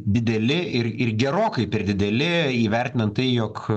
dideli ir ir gerokai per dideli įvertinant tai jog